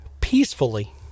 peacefully